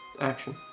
action